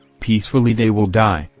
peacefully they will die,